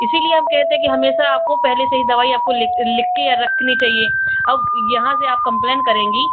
इसीलिए हम कहते हैं कि हमेशा आपको पहले से ही दवाई आपको लिखकर यह रखनी चाहिए अब यहाँ से आप कम्प्लेन करेंगी